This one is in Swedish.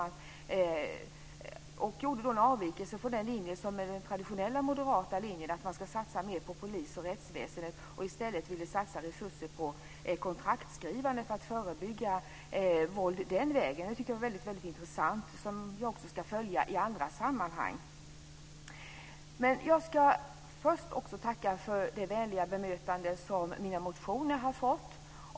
Hon gjorde en avvikelse från den linje som är den traditionella moderata, att man ska satsa mer på polis och på rättsväsendet, och ville i stället satsa resurser på kontraktsskrivande för att förebygga våld den vägen. Det tycker jag var väldigt intressant, och det ska jag också följa i andra sammanhang. Jag ska först också tacka för det vänliga bemötande som mina motioner har fått.